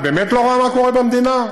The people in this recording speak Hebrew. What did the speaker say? שאת עומדת מולן ומתייצבת בצורה כזאת,